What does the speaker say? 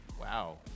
wow